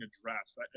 addressed